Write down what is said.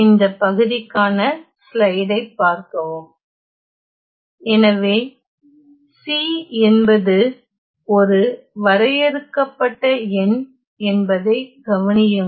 இந்த பகுதிக்கான ஸ்லைடைப் பார்க்கவும் எனவே C என்பது ஒரு வரையறுக்கப்பட்ட எண் என்பதைக் கவனியுங்கள்